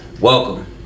welcome